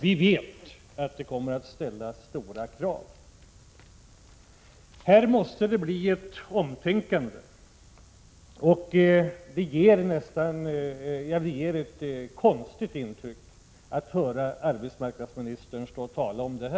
Detta kommer att ställa stora krav, och det måste bli ett omtänkande. Det ger ett konstigt intryck när arbetsmarknadsministern talar om detta.